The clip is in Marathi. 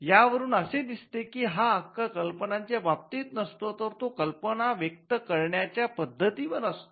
या वरून असे दिसते कि हा हक्क कल्पनांच्या बाबतीत नसतो तर तो कल्पना व्यक्त करण्याच्या पद्धती वर असतो